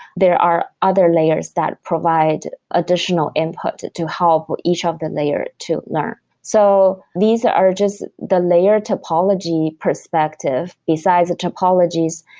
there are other layers that provide additional input to help for each of the layer to learn so these are just the layer topology perspective besides the topologies,